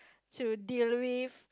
to deal with